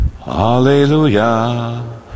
Hallelujah